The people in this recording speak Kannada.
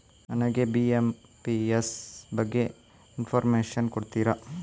ನನಗೆ ಐ.ಎಂ.ಪಿ.ಎಸ್ ಬಗ್ಗೆ ಇನ್ಫೋರ್ಮೇಷನ್ ಕೊಡುತ್ತೀರಾ?